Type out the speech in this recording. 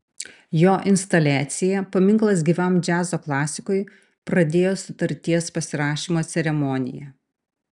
jo instaliacija paminklas gyvam džiazo klasikui pradėjo sutarties pasirašymo ceremoniją